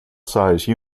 size